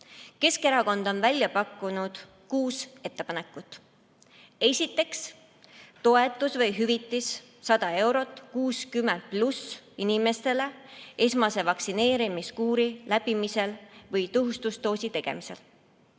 Keskerakond on välja pakkunud kuus ettepanekut. Esiteks, toetus või hüvitis 100 eurot 60+ inimestele esmase vaktsineerimiskuuri läbimisel või tõhustusdoosi tegemisel.